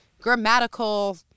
grammatical